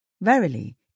Verily